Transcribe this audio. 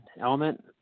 element